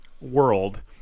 world